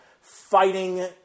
fighting